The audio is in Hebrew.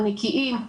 הנקיים,